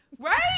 Right